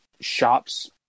shops